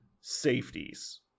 safeties